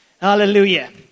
Hallelujah